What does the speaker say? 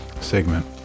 segment